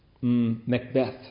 Macbeth